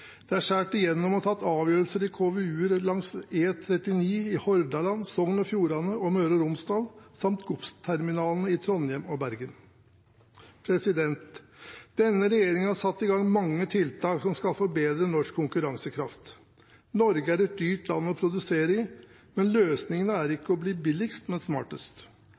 man har skåret igjennom og tatt avgjørelser når det gjelder KVU-er langs E39 i Hordaland, i Sogn og Fjordane og i Møre og Romsdal samt godsterminalene i Trondheim og i Bergen. Denne regjeringen har satt i gang mange tiltak som skal forbedre norsk konkurransekraft. Norge er et dyrt land å produsere i, men løsningen er ikke å bli billigst, men å bli smartest.